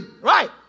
Right